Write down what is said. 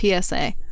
PSA